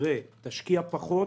תשקיע פחות